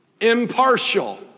impartial